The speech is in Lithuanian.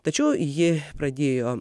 tačiau ji pradėjo